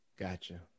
Gotcha